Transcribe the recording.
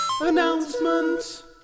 Announcement